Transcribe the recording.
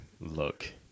Look